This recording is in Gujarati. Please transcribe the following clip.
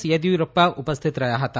યેદિયુરપ્પા ઉપસ્થિત રહ્યા હતા